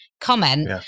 comment